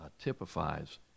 typifies